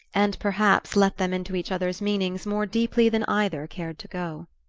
and perhaps let them into each other's meanings more deeply than either cared to go.